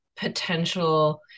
Potential